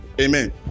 Amen